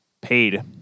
paid